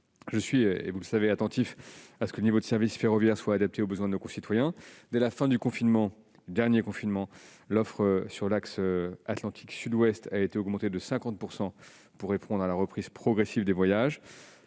je suis en permanence attentif à ce que le niveau de service ferroviaire soit adapté aux besoins de nos concitoyens. Dès la fin du dernier confinement, l'offre sur l'axe Atlantique Sud-Ouest a été augmentée de 50 % pour faire face à la reprise progressive des voyages.